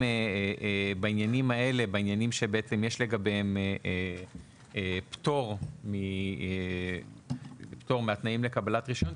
שיש לגביהם פטור מהתנאים לקבלת רישיון,